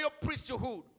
priesthood